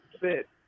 fit